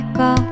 go